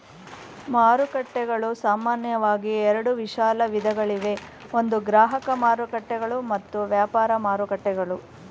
ಮಾರುಕಟ್ಟೆಗಳು ಸಾಮಾನ್ಯವಾಗಿ ಎರಡು ವಿಶಾಲ ವಿಧಗಳಿವೆ ಒಂದು ಗ್ರಾಹಕ ಮಾರುಕಟ್ಟೆಗಳು ಮತ್ತು ವ್ಯಾಪಾರ ಮಾರುಕಟ್ಟೆಗಳು